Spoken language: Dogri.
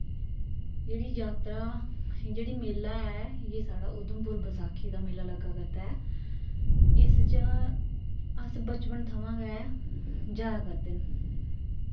जेह्ड़ी जात्तरा जेह्ड़ी मेला ऐ एह् साढ़ा ऊधमपुर बसाखी दा मेला लग्गा करदा ऐ इस च अस बचपन थमां गै जाया करदे न